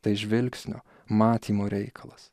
tai žvilgsnio matymo reikalas